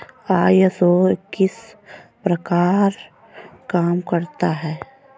ISO किस प्रकार काम करता है